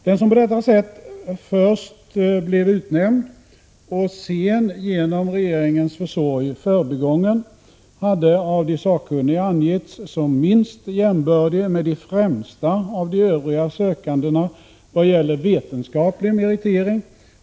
Den som först blev utnämnd och sedan genom regeringens försorg förbigången hade av den sakkunnige ansetts som minst jämbördig med de främsta av de övriga sökandena i vad gäller vetenskaplig meritering.